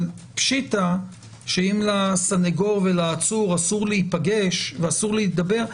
אבל פשיטתא שאם לסנגור ולעצור אור להיפגש ולהידבר,